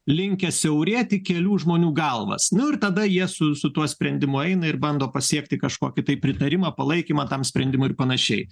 linkęs siaurėti į kelių žmonių galvas nu ir tada jie su su tuo sprendimu eina ir bando pasiekti kažkokį tai pritarimą palaikymą tam sprendimui ir panašiai